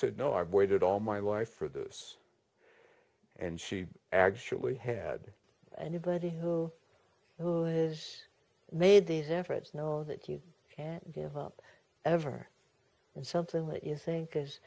said no i've waited all my wife for this and she actually had anybody who who is made these efforts know that you can't give up ever in something that you think is